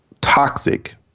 toxic